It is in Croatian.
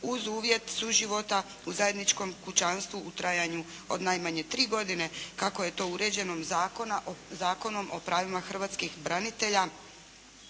uz uvjet suživota u zajedničkom kućanstvu u trajanju od najmanje tri godine kako je to uređeno Zakonom o pravima hrvatskih branitelja